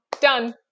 Done